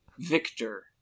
Victor